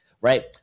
right